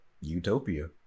utopia